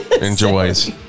enjoys